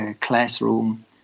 classroom